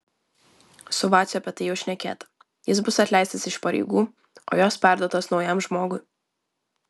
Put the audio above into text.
su vaciu apie tai jau šnekėta jis bus atleistas iš pareigų o jos perduotos naujam žmogui